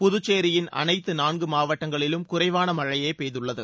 புதுச்சேரியின் அனைத்து நான்கு மாவட்டங்களிலும் குறைவான மழையே பெய்துள்ளது